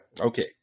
Okay